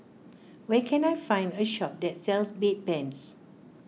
where can I find a shop that sells Bedpans